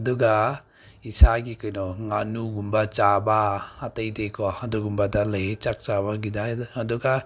ꯑꯗꯨꯒ ꯏꯁꯥꯒꯤ ꯀꯩꯅꯣ ꯉꯥꯅꯨꯒꯨꯝꯕ ꯆꯥꯕ ꯑꯇꯩꯗꯤꯀꯣ ꯑꯗꯨꯒꯨꯝꯕꯗ ꯂꯩ ꯆꯥꯛ ꯆꯥꯕꯒꯤꯗ ꯑꯗꯨꯒ